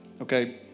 okay